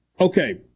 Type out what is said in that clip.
okay